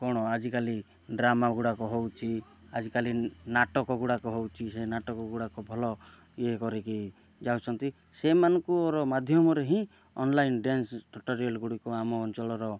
କଣ ଆଜିକାଲି ଡ୍ରାମାଗୁଡ଼ାକ ହେଉଛି ଆଜିକାଲି ନାଟକଗୁଡ଼ାକ ହେଉଛି ସେ ନାଟକଗୁଡ଼ାକ ଭଲ ଇଏ କରିକି ଯାଉଛନ୍ତି ସେମାନଙ୍କର ମାଧ୍ୟମରେ ହିଁ ଅନ୍ଲାଇନ୍ ଡ଼୍ୟାନ୍ସ ଟ୍ୟୁଟୋରିୱାଲ୍ଗୁଡ଼ାକ ଆମ ଅଞ୍ଚଳର